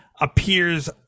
appears